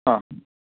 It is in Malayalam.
ആ